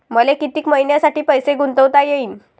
मले कितीक मईन्यासाठी पैसे गुंतवता येईन?